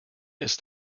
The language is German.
ist